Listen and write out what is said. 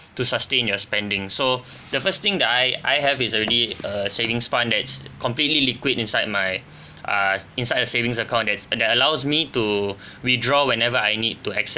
to sustain your spending so the first thing that I I have is already a savings fund that's completely liquid inside my uh inside a savings account that's that allows me to withdraw whenever I need to